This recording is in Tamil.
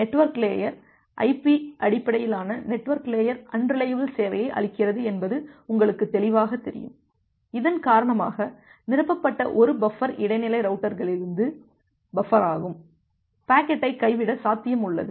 நெட்வொர்க் லேயர் ஐபி அடிப்படையிலான நெட்வொர்க் லேயர் அன்ரிலையபில் சேவையை அளிக்கிறது என்பது உங்களுக்கு தெளிவாகத் தெரியும் இதன் காரணமாக நிரப்பப்பட்ட ஒரு பஃபர் இடைநிலை ரவுட்டர்களிலிருந்து பஃபராகும் பாக்கெட்டை கைவிட சாத்தியம் உள்ளது